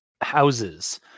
houses